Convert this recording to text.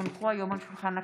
כי הונחו היום על שולחן הכנסת,